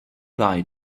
bye